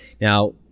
Now